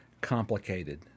complicated